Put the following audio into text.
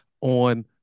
on